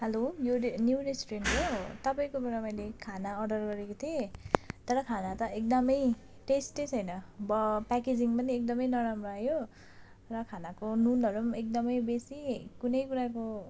hello यो new restaurant हो तपाईँकोबाट मैले खाना अर्डर गरेको थिएँ तर खाना त एकदमै टेस्टै छैन बा प्याकेजिङ पनि एकदमै नराम्रो आयो र खानाको नुनहरू पनि एकदमै बेसी कुनै कुराको